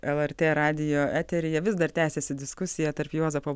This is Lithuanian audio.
lrt radijo eteryje vis dar tęsiasi diskusija tarp juozapo